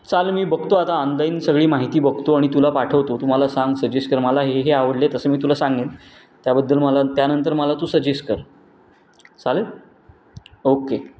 चालेल मी बघतो आता ऑनलाईन सगळी माहिती बघतो आणि तुला पाठवतो तु मला सांग सजेस्ट कर मला हे हे आवडले तसं मी तुला सांगेन त्याबद्दल मला त्यानंतर मला तू सजेस्ट कर चालेल ओक्के